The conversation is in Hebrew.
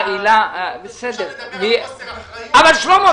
אי-אפשר לדבר על חוסר אחריות --- שלמה,